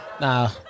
Nah